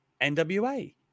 NWA